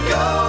go